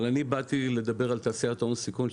אבל אני באתי לדבר על תעשיית ההון סיכון,